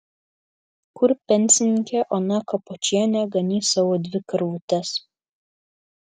kur pensininkė ona kapočienė ganys savo dvi karvutes